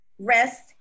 rest